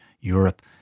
Europe